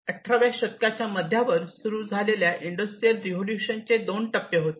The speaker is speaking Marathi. अठराव्या शतकाच्या मध्यावर सुरू झालेल्या इंडस्ट्रियल रेवोल्युशन चे दोन टप्पे होते